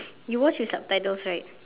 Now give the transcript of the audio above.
you watch with subtitles right